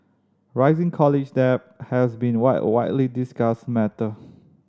rising college debt has been a widely discussed matter